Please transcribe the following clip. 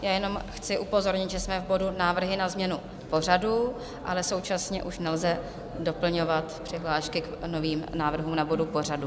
Jenom chci upozornit, že jsme v bodu návrhy na změnu pořadu, ale současně už nelze doplňovat přihlášky k novým návrhům na body pořadu.